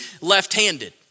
left-handed